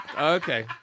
Okay